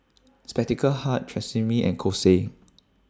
Spectacle Hut Tresemme and Kose